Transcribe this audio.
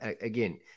Again